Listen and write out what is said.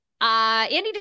Andy